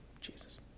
Jesus